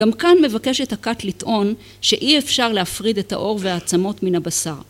גם כאן מבקשת הכת לטעון שאי אפשר להפריד את האור והעצמות מן הבשר.